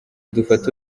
dufate